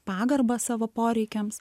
pagarbą savo poreikiams